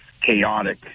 chaotic